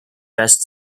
best